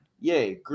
Yay